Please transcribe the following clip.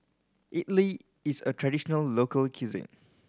idili is a traditional local cuisine